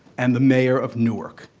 and the mayor of newark.